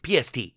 PST